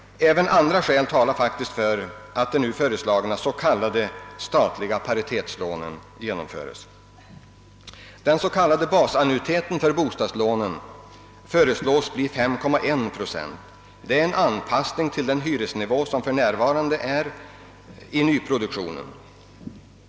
Även andra skäl talar faktiskt för de nu föreslagna så kallade statliga paritetslånen. Den s.k. basannuiteten på bostadslånen föreslås bli 5,1 procent. Det är en anpassning till den hyresnivå vi för närvarande har i nyproduktionen.